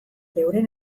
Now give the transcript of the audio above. euren